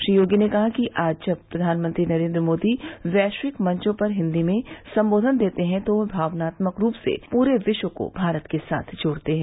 श्री योगी ने कहा कि आज जब प्रधानमंत्री नरेंद्र मोदी वैश्विक मंचों पर हिन्दी में संबोधन देते हैं तो वे भावनात्मक रूप से पूरे विश्व को भारत के साथ जोड़ते हैं